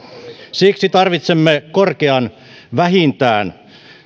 siksi tarvitsemme korkean vähintään